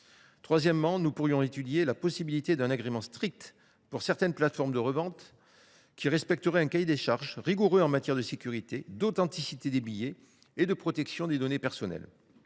Troisièmement, nous pourrions étudier la possibilité d’un agrément strict pour certaines plateformes de revente, qui respecteraient un cahier des charges rigoureux en matière de sécurité, d’authenticité des billets et de protection des données personnelles.